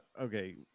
okay